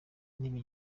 intebe